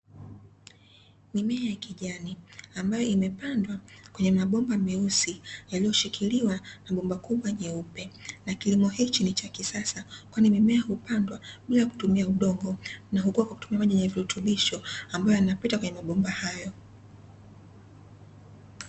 Mimea ya kijani ambayo imepandwa kwenye mabomba meusi yaliyoshikiliwa na bomba kubwa jeupe. Na kilimo hichi ni cha kisasa kwani mimea hupandwa bila kutumia udongo, na hukua kwa kutumia maji yenye virutubisho ambayo yanapita kwenye mabomba hayo.